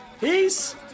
Peace